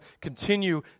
continue